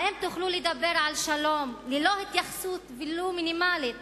האם תוכלו לדבר על שלום ללא התייחסות ולו מינימלית